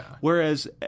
Whereas